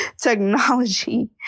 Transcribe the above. technology